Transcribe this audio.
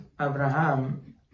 Abraham